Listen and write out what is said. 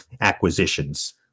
acquisitions